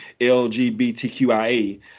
LGBTQIA